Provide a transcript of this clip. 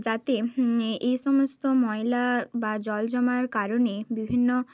যাতে এই সমস্ত ময়লা বা জল জমার কারণে বিভিন্ন